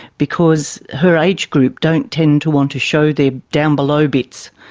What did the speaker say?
because her age-group don't tend to want to show their down-below bits.